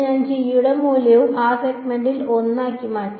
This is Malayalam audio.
ഞാൻ g യുടെ മൂല്യം ആ സെഗ്മെന്റിൽ 1 ആക്കി മാറ്റി